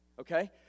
okay